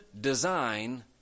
design